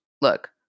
look